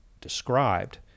described